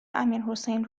امیرحسین